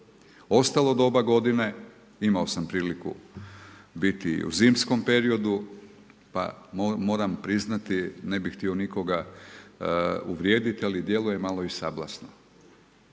Ostalo doba godine imao sam priliku biti i u zimskom periodu pa moram priznati, ne bih htio nikoga uvrijediti ali djeluje malo i sablasno,